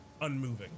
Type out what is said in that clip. unmoving